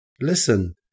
Listen